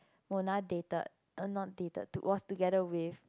Mona dated not dated was together with